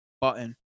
button